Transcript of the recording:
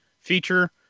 Feature